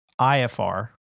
IFR